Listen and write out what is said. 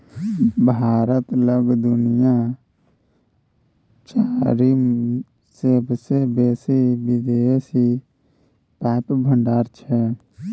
भारत लग दुनिया चारिम सेबसे बेसी विदेशी पाइक भंडार छै